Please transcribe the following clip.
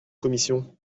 commission